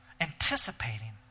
anticipating